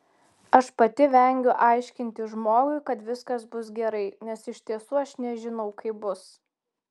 aš pati vengiu aiškinti žmogui kad viskas bus gerai nes iš tiesų aš nežinau kaip bus